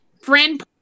friend